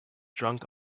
drunk